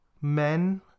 men